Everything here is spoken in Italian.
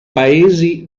paesi